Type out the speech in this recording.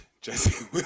Jesse